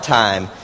time